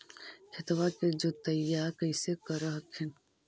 खेतबा के जोतय्बा कैसे कर हखिन?